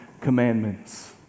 commandments